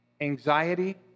anxiety